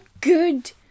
good